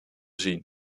zien